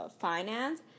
finance